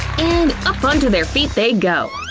and up onto their feet they go!